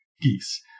geese